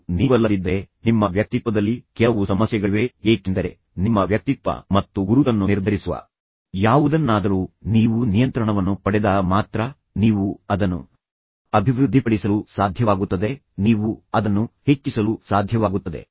ಅದು ನೀವಲ್ಲದಿದ್ದರೆ ನಿಮ್ಮ ವ್ಯಕ್ತಿತ್ವದಲ್ಲಿ ಕೆಲವು ಸಮಸ್ಯೆಗಳಿವೆ ಏಕೆಂದರೆ ನಿಮ್ಮ ವ್ಯಕ್ತಿತ್ವ ಮತ್ತು ಗುರುತನ್ನು ನಿರ್ಧರಿಸುವ ಯಾವುದನ್ನಾದರೂ ನೀವು ನಿಯಂತ್ರಣವನ್ನು ಪಡೆದಾಗ ಮಾತ್ರ ನೀವು ಅದನ್ನು ಅಭಿವೃದ್ಧಿಪಡಿಸಲು ಸಾಧ್ಯವಾಗುತ್ತದೆ ನೀವು ಅದನ್ನು ಹೆಚ್ಚಿಸಲು ಸಾಧ್ಯವಾಗುತ್ತದೆ